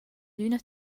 adüna